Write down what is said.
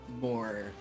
more